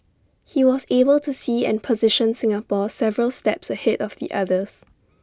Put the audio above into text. he was able to see and position Singapore several steps ahead of the others